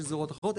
שזה הוראת החוק,